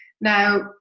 Now